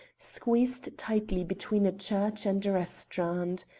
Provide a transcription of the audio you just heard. squeezed tightly between a church and a restaurant.